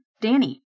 Danny